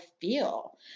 feel